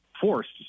forced